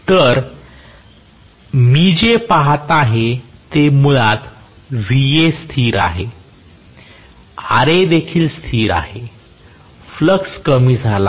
तर मी जे पहात आहे ते मुळात Va स्थिर आहे Ra देखील स्थिर आहे फ्लक्स कमी झाला आहे